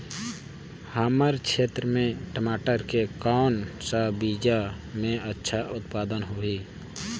हमर क्षेत्र मे मटर के कौन सा बीजा मे अच्छा उत्पादन होही?